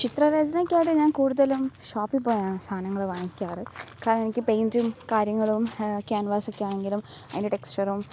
ചിത്രരചനയ്ക്കായിട്ട് ഞാൻ കൂടുതലും ഷോപ്പിൽ പോയാണ് സാധനങ്ങൾ വാങ്ങിക്കാറ് കാരണം എനിക്ക് പെയിൻ്റും കാര്യങ്ങളും ക്യാൻവാസൊക്കെ ആണെങ്കിലും അതിൻ്റെ ടെക്സ്റ്ററും